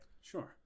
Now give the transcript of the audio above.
Sure